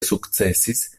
sukcesis